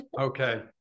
Okay